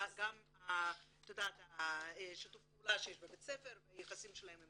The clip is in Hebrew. גם שיתוף הפעולה שיש בבתי ספר והיחסים שיש להם עם